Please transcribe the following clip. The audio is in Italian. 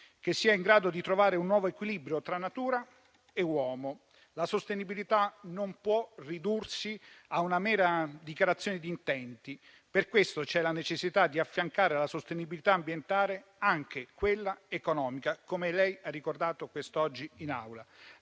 in grado di trovare un nuovo equilibrio tra natura e uomo. La sostenibilità non può ridursi a una mera dichiarazione di intenti. Per questo c'è la necessità di affiancare alla sostenibilità ambientale anche quella economica, come lei ha ricordato quest'oggi in Aula.